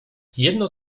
jedno